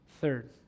third